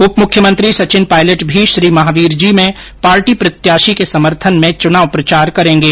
उप मुख्यमंत्री सचिन पायलट भी श्रीमहावीर जी में पार्टी प्रत्याशी के समर्थन में चुनाव प्रचार करेंगे